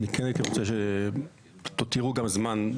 אני כן הייתי רוצה שתותירו גם זמן,